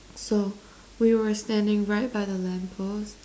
so we were standing right by the lamp post